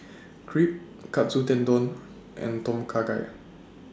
Crepe Katsu Tendon and Tom Kha Gai